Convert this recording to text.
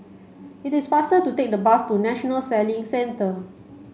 it is faster to take the bus to National Sailing Centre